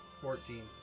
Fourteen